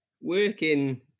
working